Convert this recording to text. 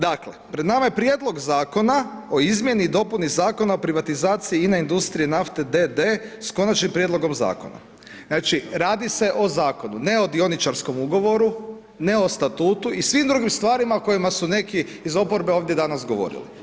Dakle, pred nama je Prijedlog Zakona o izmjeni i dopuni Zakona o privatizaciji INE Industrije nafte d.d. s konačnim prijedlogom zakona, znači radi se o zakonu, ne o dioničarkom ugovoru, ne o statutu i svim drugim stvarima o kojima su neki iz oporbe ovdje danas govorili.